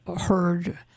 heard